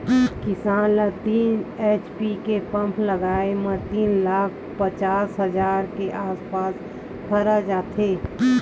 किसान ल तीन एच.पी के पंप लगाए म तीन लाख पचास हजार के आसपास खरचा आथे